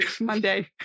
monday